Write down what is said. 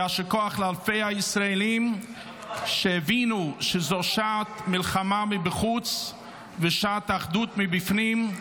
יישר כוח לאלפי הישראלים שהבינו שזו שעת מלחמה מבחוץ ושעת אחדות מבפנים,